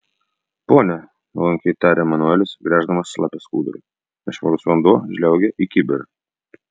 pone nuolankiai tarė manuelis gręždamas šlapią skudurą nešvarus vanduo žliaugė į kibirą